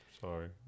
Sorry